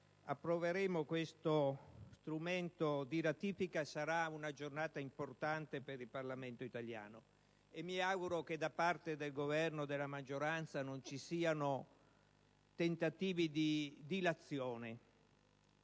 approveremo questo strumento di ratifica sarà una giornata importante per il Parlamento italiano, e mi auguro che da parte del Governo e della maggioranza non ci siano tentativi di dilazione.